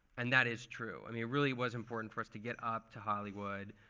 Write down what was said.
and that is true. i mean it really was important for us to get up to hollywood.